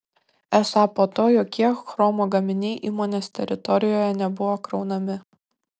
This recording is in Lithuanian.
esą po to jokie chromo gaminiai įmonės teritorijoje nebuvo kraunami